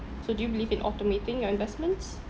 so do you believe in automating your investments